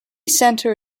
centre